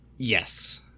Yes